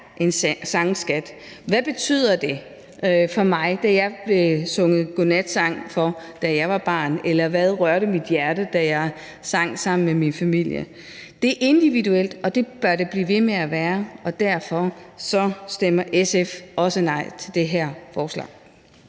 en sangskat er. Hvad betød det for mig, da jeg fik sunget godnatsang for mig, da jeg var barn, eller hvad rørte mit hjerte, da jeg sang sammen med min familie? Det er individuelt, og det bør det blive ved med at være, og derfor stemmer SF også nej til det her forslag.